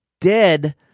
dead